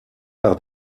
par